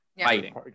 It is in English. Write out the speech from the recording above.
fighting